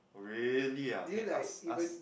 really ah okay ask ask